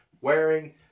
wearing